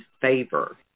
favor